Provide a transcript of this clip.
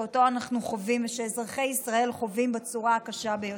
שאותו אנחנו חווים ושאזרחי ישראל חווים בצורה הקשה ביותר.